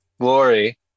glory